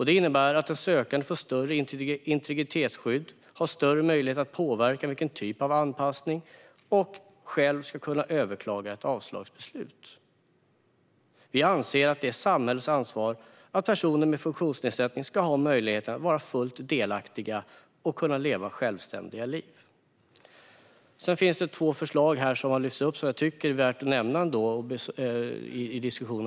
Det innebär att den sökande får större integritetsskydd, har större möjlighet att påverka typen av anpassning och själv ska kunna överklaga ett avslagsbeslut. Vi anser att det är samhällets ansvar att se till att personer med funktionsnedsättning har möjlighet att vara fullt delaktiga och leva självständiga liv. Det finns två förslag som har lyfts upp och som jag tycker är värda att nämna i diskussionen.